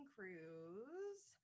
Cruise